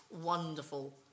wonderful